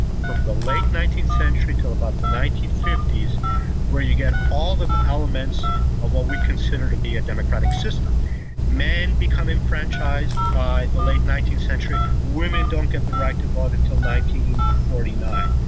from the late nineteenth century to about the nineteen fifty s where you get all the elements of what we consider to be a democratic system men becoming enfranchised by the late nineteenth century, women don't get the right to vote until forty nine.